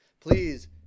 please